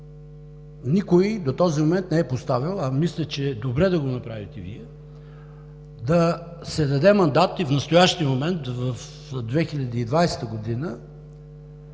никой до този момент не е поставил, а мисля, че е добре Вие да го направите – да се даде мандат и в настоящия момент, в 2020 г.,